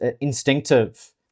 instinctive